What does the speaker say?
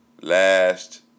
last